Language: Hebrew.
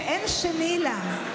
שאין שנייה לה,